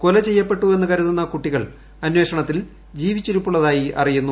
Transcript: കൊലചെയ്യപ്പെട്ടു എന്നു കരുതുന്ന കുട്ടികൾ അന്വേഷണത്തിൽ ജീവിച്ചിരിപ്പുള്ളതായി അറിയുന്നു